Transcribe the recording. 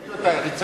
לא, אין לי.